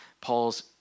Paul's